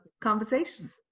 conversation